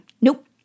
Nope